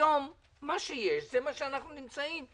היום מה שיש זה מה שאנחנו נמצאים בו.